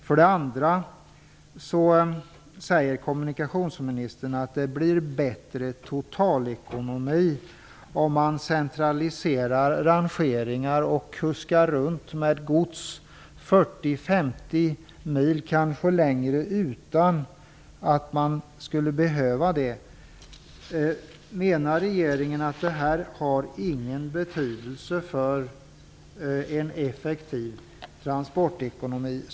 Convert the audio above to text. För det andra säger kommunikationsministern att det blir bättre totalekonomi om man centraliserar rangeringar och kuskar runt med gods 40-50 mil eller kanske längre i onödan. Menar regeringen att det här inte har någon betydelse för en effektiv transportekonomi?